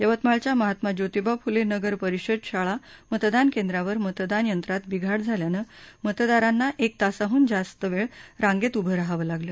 यवतमाळच्या महात्मा ज्योतिबा फूले नगर परिषद शाळा मतदान केंद्रावर मतदानयंत्रात बिघाड झाल्यानं मतदारांना एक तासाहून जास्त वेळ रांगेत उभं राहावं लागलं